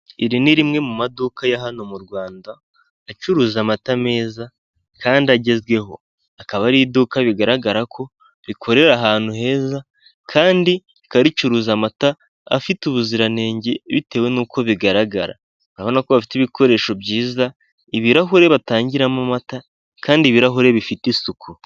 Iri ni rimwe mu maduka ya hano mu Rwanda acuruza amata meza, kandi agezweho akaba ari iduka bigaragara ko rikorera ahantu heza, kandi rikaba ricuruza amata afite ubuziranenge bitewe n'uko bigaragara, abona ko bafite ibikoresho byiza, ibirahuri batangiramo amata kandi ibirahure bifite isuku.